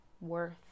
worth